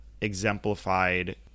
exemplified